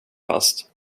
fast